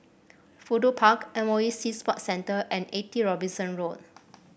Fudu Park M O E Sea Sports Centre and Eighty Robinson Road